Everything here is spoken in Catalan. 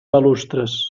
balustres